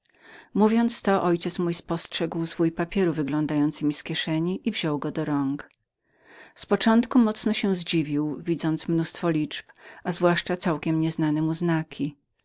mówiąc ojciec mój spostrzegł zwój papieru wyglądający mi z kieszeni i wziął go do rąk z początku mocno się zdziwił widząc massę liczb a zwłaszcza całkiem nieznane mu znaki